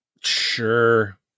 Sure